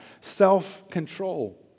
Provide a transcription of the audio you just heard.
self-control